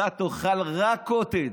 אתה תאכל רק קוטג',